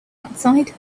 outside